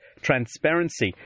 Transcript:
transparency